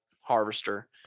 harvester